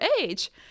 age